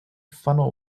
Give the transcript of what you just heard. funnel